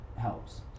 helps